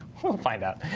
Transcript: we'll find out.